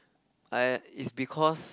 aiyah is because